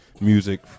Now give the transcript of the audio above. music